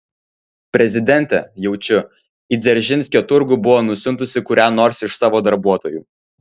prezidentė jaučiu į dzeržinskio turgų buvo nusiuntusi kurią nors iš savo darbuotojų